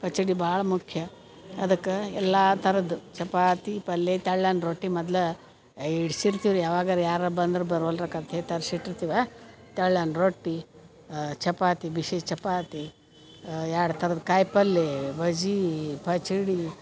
ಪಚಡಿ ಭಾಳ ಮುಖ್ಯ ಅದಕ್ಕೆ ಎಲ್ಲ ಥರದ್ದು ಚಪಾತಿ ಪಲ್ಲೆ ತೆಳ್ಳನ ರೊಟ್ಟಿ ಮೊದ್ಲಾ ಇರಿಸಿರ್ತಿವ್ರಿ ಯಾವಗರ ಯಾರು ಬಂದ್ರೆ ಬರ್ವಾಲ್ರಕ್ಕ ಅಂತೇ ತರಿಸಿ ಇಟ್ಟಿರ್ತೇವ ತೆಳ್ಳನ ರೊಟ್ಟಿ ಚಪಾತಿ ಬಿಸಿ ಚಪಾತಿ ಎರಡು ಥರದ್ದು ಕಾಯಿಪಲ್ಲೆ ಬಜಿ ಪಚ್ಡಿ